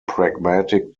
pragmatic